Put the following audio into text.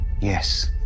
Yes